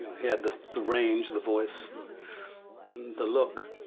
he had the the range, the voice and the look.